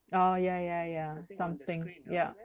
oh ya ya ya something ya